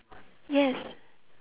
yes